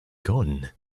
gone